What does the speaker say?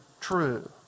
true